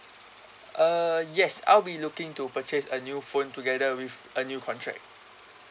uh yes I'll be looking to purchase a new phone together with a new contract